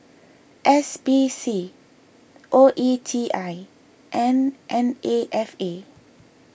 S P C O E T I and N A F A